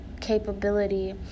capability